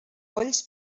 polls